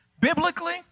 Biblically